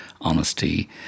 honesty